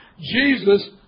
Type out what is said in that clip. Jesus